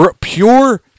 pure